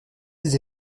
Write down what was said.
des